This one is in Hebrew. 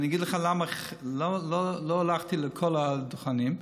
אני אגיד לך למה לא הלכתי לכל הדוכנים,